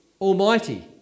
Almighty